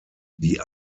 die